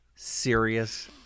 serious